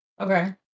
Okay